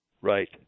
Right